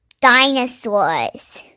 dinosaurs